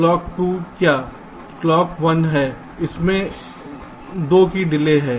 clock 2 क्या यहाँ clock 1 है इसमें 2 की डिले है